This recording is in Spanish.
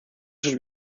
sus